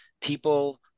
people